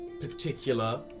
particular